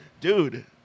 Dude